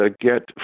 get